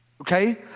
Okay